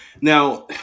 Now